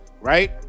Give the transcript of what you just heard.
right